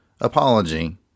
apology